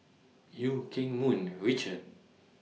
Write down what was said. EU Keng Mun Richard